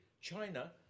China